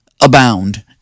abound